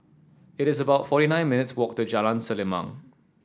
it is about forty nine minutes walk to Jalan Selimang